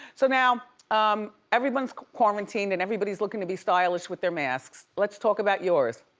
so now um everyone's quarantined and everybody's looking to be stylish with their masks. let's talk about yours.